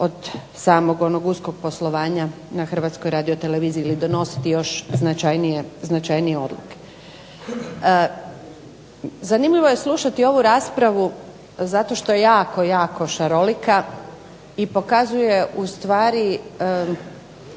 od samog onog uskog poslovanja na Hrvatskoj radioteleviziji ili donositi još značajnije odluke. Zanimljivo je slušati ovu raspravu zato što je jako, jako šarolika i pokazuje u stvari